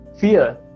fear